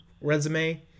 resume